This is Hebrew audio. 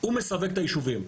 הוא מסווג את היישובים.